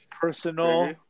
Personal